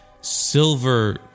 Silver